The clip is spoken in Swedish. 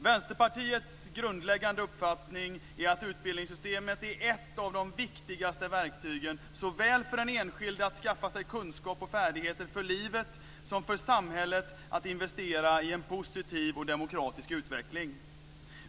Vänsterpartiets grundläggande uppfattning är att utbildningssystemet är ett av de viktigaste verktygen såväl för den enskilde att skaffa sig kunskaper och färdigheter för livet som för samhället att investera i en positiv och demokratisk utveckling.